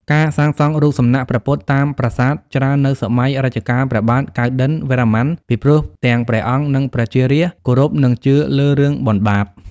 ការសាងសង់រូបសំណាក់ព្រះពុទ្ធតាមប្រាសាទច្រើននៅសម័យរជ្ជកាលព្រះបាទកៅឌិណ្ឌន្យវរ្ម័នពីព្រោះទាំងព្រះអង្គនិងប្រជារាស្ត្រគោរពនិងជឿលើរឿងបុណ្យបាប។